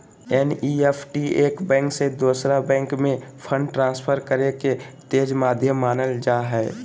NEFT एक bank से दोसर बैंक में फंड ट्रांसफर करे के तेज माध्यम मानल जा हय